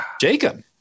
Jacob